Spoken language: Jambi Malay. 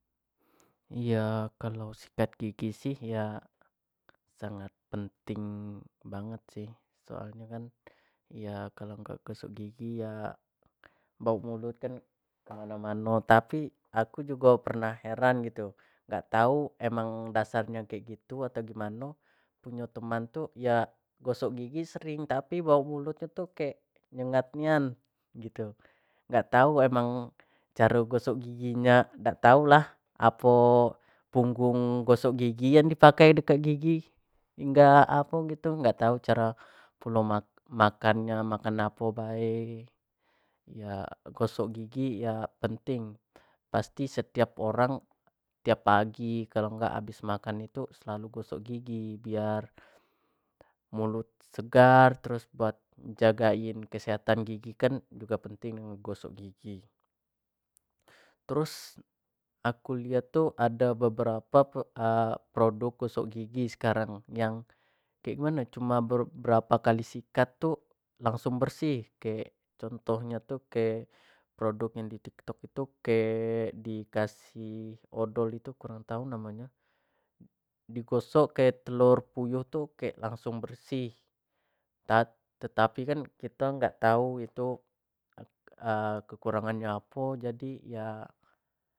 yo kalua sikat gigi sih iya sangat penting banget sih soal nyo kan kalua dak gosok gigi ya, bauk mulut kan kemano-mano, tapi aku jugo pernah heran gitu dak tau tapi emang dasar nyo kek gitu atau kek mano, punyo teman tu yo gosok gigi sering tapi bauk mulut nyo tu kek nyengat nian gitu, dak tau apo emang, caro gosok gigi nya dak tau lah apo, punggung gosok gigi yang di pakai dekat gososk gigi hibgga, apo gitu dak tau pulo caro makan nyo makan apo bae, gosok gigi ya penting pasti setiap orang, setiap pagi kalua gak habis makan itu elalu gosok gigi biar mulut segar terus buat jagain kesehatan gigi kan jugo penting dengan gosok gigi terus aku lihat tu ada beberap produk gosok ggigi sekarang yang kek gimano cuma beberpao klai sikat tu langsung bersih kek contoh nyo tu kek produk yang di tiktok tu kek di kasih odol gitu kurang tau namonyo di gosok ke telur puyuh itu kek langsung bersih, tetapi kan kito dak tau o itu kekurangan nyo apo jadi iya.